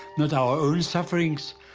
not our own sufferings,